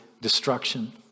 destruction